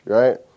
right